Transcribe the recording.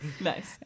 Nice